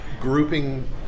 grouping